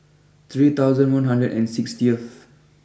three thousand one hundred and sixtieth